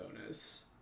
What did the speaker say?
bonus